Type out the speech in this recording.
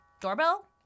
doorbell